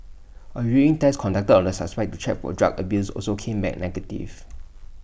A urine test conducted on the suspect to check for drug abuse also came back negative